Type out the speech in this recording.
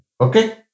Okay